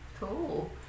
Cool